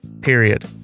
period